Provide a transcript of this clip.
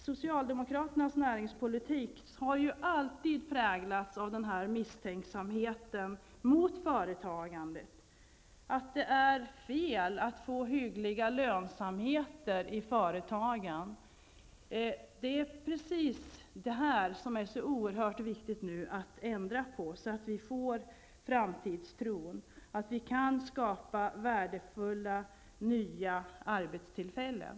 Socialdemokraternas näringspolitik har alltid präglats av misstänksamhet mot företagande -- det har varit fel att få hygglig lönsamhet i företagen. Det är precis det här som det är så oerhört viktigt att ändra på, så att vi får en framtidstro och att det kan skapas nya, värdefulla arbetstillfällen.